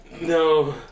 No